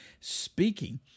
speaking